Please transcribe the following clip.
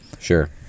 Sure